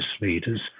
leaders